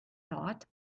thought